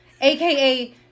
AKA